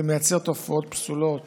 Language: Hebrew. זה מייצר תופעות פסולות